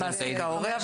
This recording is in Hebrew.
אני בעד --- את ההורה.